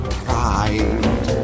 pride